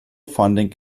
funding